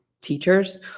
teachers